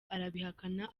arabihakana